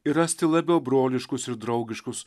ir rasti labiau broliškus ir draugiškus